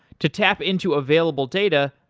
to tap into available data,